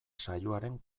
saioaren